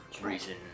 reason